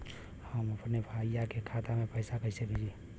हम अपने भईया के खाता में पैसा कईसे भेजी?